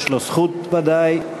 יש לו זכות, ודאי.